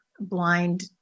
blind